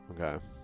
okay